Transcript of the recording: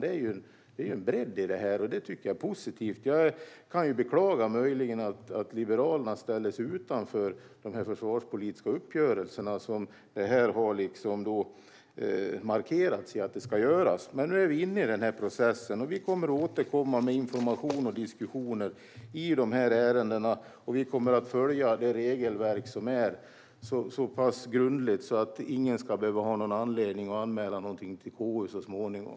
Det finns en bredd här, och det tycker jag är positivt. Möjligen kan jag beklaga att Liberalerna ställer sig utanför de försvarspolitiska uppgörelserna, som man har markerat att man kommer att göra. Nu är vi inne i denna process. Vi kommer att återkomma med information och diskussioner i dessa ärenden, och vi kommer att följa de regelverk som finns så pass grundligt att ingen ska ha anledning att anmäla något till KU så småningom.